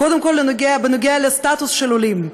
קודם כול, בנוגע לסטטוס של עולים,